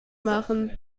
machen